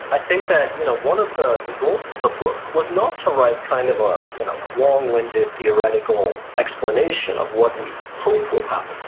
i think that you know one of the the goals of the book was not to write kind of ah you know a long-winded theoretical explanation of what we hope will happen.